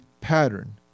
pattern